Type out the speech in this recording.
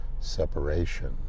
separation